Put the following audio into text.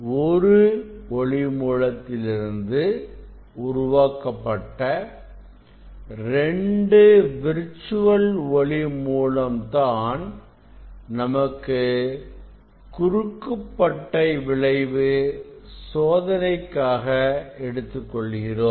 ஒரு ஒளி மூலத்திலிருந்து உருவாக்கப்பட்ட 2 விர்சுவல் ஒளி மூலம் தான் நாம் குருக்கு பட்டை விளைவு சோதனைக்காக எடுத்துக் கொள்கிறோம்